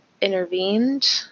intervened